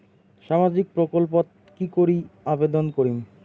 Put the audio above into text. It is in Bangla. সামাজিক প্রকল্পত কি করি আবেদন করিম?